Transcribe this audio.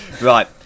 right